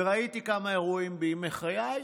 וראיתי כמה אירועים בימי חיי.